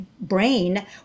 brain